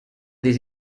this